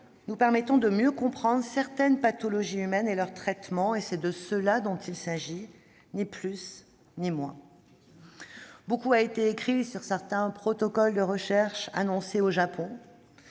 nous permettant de mieux comprendre certaines pathologies humaines et leur traitement ; c'est de cela qu'il s'agit, ni plus ni moins. Beaucoup a été écrit sur certains protocoles de recherche annoncés au Japon.